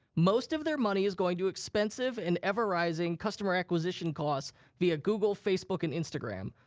most of their money is going to expensive and ever-rising customer acquisition costs via google, facebook, and instagram.